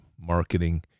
marketing